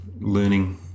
learning